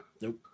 Nope